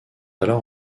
alors